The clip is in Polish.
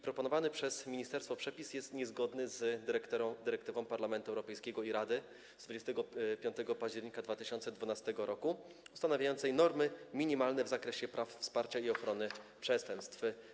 Proponowany przez ministerstwo przepis jest niezgodny z dyrektywą Parlamentu Europejskiego i Rady z 25 października 2012 r. ustanawiającą normy minimalne w zakresie praw, wsparcia i ochrony ofiar przestępstw.